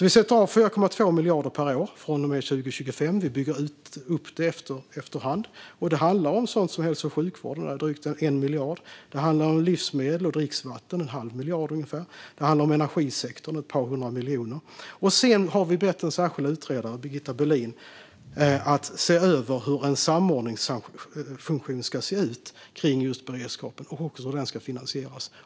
Vi sätter av 4,2 miljarder per år från och med 2025 och bygger upp efter hand. Det handlar om sådant som hälso och sjukvård med drygt 1 miljard, livsmedel och dricksvatten med ungefär en halv miljard och energisektorn med ett par hundra miljoner. Vi har bett en särskild utredare, Birgitta Böhlin, att se över hur en samordningsfunktion ska se ut kring just beredskapen och hur den ska finansieras.